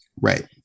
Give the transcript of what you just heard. right